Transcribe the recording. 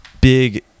Big